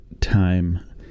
time